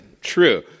true